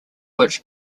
which